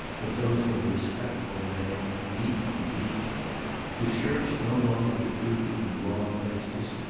but those of a respectable man, neat and decent his shirts no longer protruded in the wrong places,